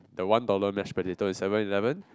the one dollar mash potato in Seven Eleven